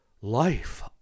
life